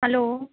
hello